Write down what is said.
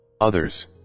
Others